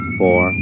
four